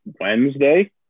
Wednesday